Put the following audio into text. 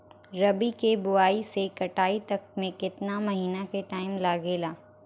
रबी के बोआइ से कटाई तक मे केतना महिना के टाइम लागेला?